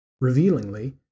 Revealingly